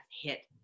hit